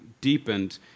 deepened